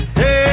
hey